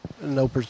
no